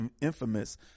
infamous